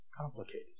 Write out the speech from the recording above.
complicated